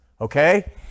okay